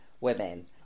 women